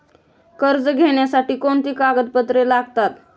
कर्ज घेण्यासाठी कोणती कागदपत्रे लागतात?